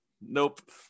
Nope